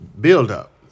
build-up